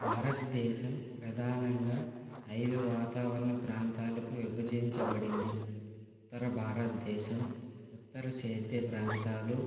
భారతదేశం ప్రధానంగా ఐదు వాతావరణ ప్రాంతాలకు విభజించబడింది ఉత్తర భారత్దేశం ఉత్తర సేద్య ప్రాంతాలు